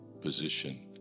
position